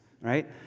right